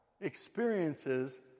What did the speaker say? experiences